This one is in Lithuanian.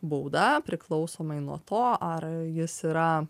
bauda priklausomai nuo to ar jis yra